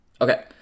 Okay